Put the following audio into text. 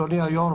אדוני היושב-ראש,